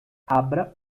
abra